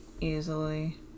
easily